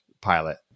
pilot